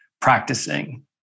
practicing